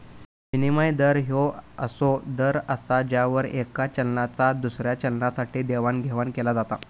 विनिमय दर ह्यो असो दर असा ज्यावर येका चलनाचा दुसऱ्या चलनासाठी देवाणघेवाण केला जाता